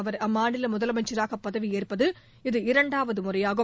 அவர் அம்மாநில முதலமைச்சராக பதவியேற்பது இது இரண்டாவது முறையாகும்